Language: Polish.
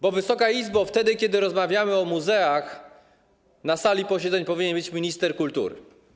Bo, Wysoka Izbo, wtedy kiedy rozmawiamy o muzeach, na sali posiedzeń powinien być minister kultury.